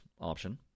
option